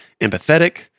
empathetic